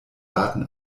daten